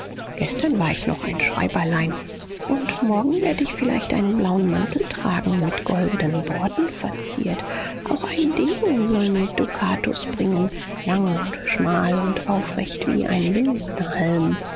gestern war ich noch ein schreiberlein und morgen werd ich vielleicht einen blauen mantel tragen mit goldenen borten verziert auch einen degen soll mir dukatus bringen lang und schmal und aufrecht wie ein